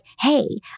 hey